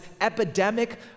epidemic